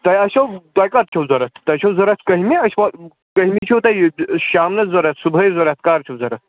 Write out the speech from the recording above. تۄہہِ آسیو تۄہہِ کَر چھو ضوٚرَتھ تۄہہِ چھو ضوٚرَتھ کٔہِمہِ أسۍ وا کٔہِمہِ چھو تۄہہِ یہِ شامنَس ضوٚرَتھ صُبحٲے ضوٚرَتھ کَر چھو ضوٚرَتھ